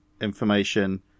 information